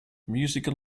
musical